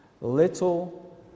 Little